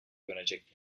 dönecek